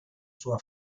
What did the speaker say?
sua